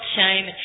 shame